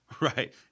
Right